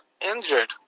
injured